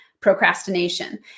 Procrastination